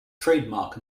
trademark